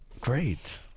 Great